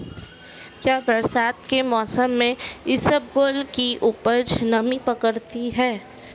क्या बरसात के मौसम में इसबगोल की उपज नमी पकड़ती है?